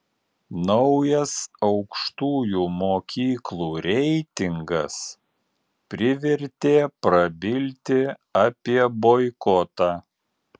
naujas aukštųjų mokyklų reitingas privertė prabilti apie boikotą